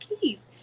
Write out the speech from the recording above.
keys